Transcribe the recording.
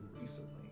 recently